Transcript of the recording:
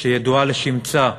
שידועה לשמצה,